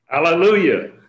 Hallelujah